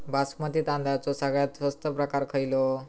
बासमती तांदळाचो सगळ्यात स्वस्त प्रकार खयलो?